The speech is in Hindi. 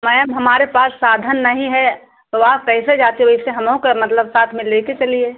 मैम हमारे पास साधन नहीं है तो वहाँ कैसे जाते वैसे हमहूँ का मतलब साथ में लेके चलिए